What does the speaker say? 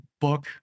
book